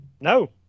No